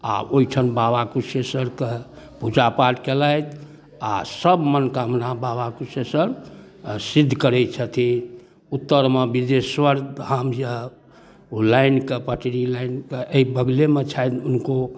आओर ओहिठाम बाबा कुशेश्वरके पूजापाठ केलथि आओर सब मनोकामना बाबा कुशेश्वर सिद्ध करै छथिन उत्तरमे बिदेश्वर धाम अइ ओ लाइनके पटरी लाइनके एहि बगलेमे छनि हुनको